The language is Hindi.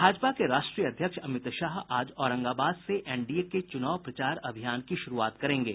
भाजपा के राष्ट्रीय अध्यक्ष अमित शाह आज औरंगाबाद से एनडीए के चुनाव प्रचार अभियान की शुरूआत करेंगे